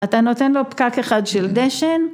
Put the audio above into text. אתה נותן לו פקק אחד של דשן.